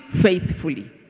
faithfully